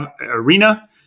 arena